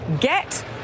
get